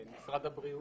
משרד הבריאות?